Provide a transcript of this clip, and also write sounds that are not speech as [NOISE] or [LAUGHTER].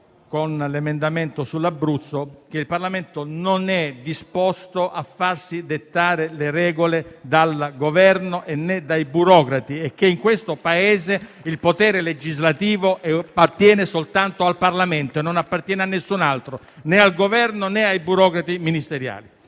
con l'emendamento sull'Abruzzo, che il Parlamento non è disposto a farsi dettare le regole dal Governo, né dai burocrati, [APPLAUSE] perché in questo Paese il potere legislativo appartiene soltanto al Parlamento e a nessun altro, né al Governo, né ai burocrati ministeriali.